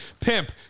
Pimp